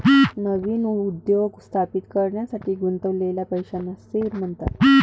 नवीन उद्योग स्थापित करण्यासाठी गुंतवलेल्या पैशांना सीड म्हणतात